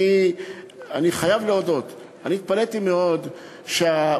ואני חייב להודות: אני התפלאתי מאוד שוועדת